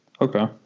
Okay